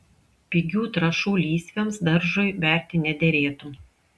pigių trąšų lysvėms daržui berti nederėtų